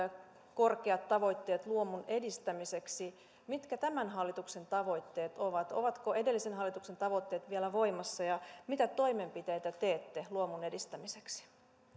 korkeat tavoitteet luomun edistämiseksi mitkä tämän hallituksen tavoitteet ovat ovatko edellisen hallituksen tavoitteet vielä voimassa ja mitä toimenpiteitä teette luomun edistämiseksi